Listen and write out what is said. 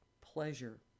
pleasure